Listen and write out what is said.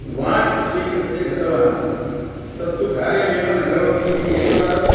watch स्वीकृत्य गतवान् तत्तु कार्यमेव न करोतीति एकवारं